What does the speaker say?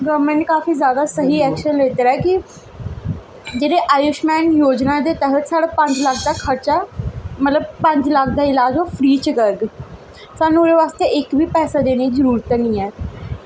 government ने काफी जैदा स्हेई ऐक्शन लैता दा ऐ कि जेह्ड़े आयुश्मान योजना ते तैह्त साढ़ा पंज लक्ख दा खर्चा मतलव पंज लक्ख दा इलाज ओह् फ्री च करग सानू ओह्दे बास्तै इक बी पैसा देने दी जरूरत हैन्नी ऐ